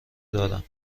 دارم